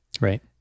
Right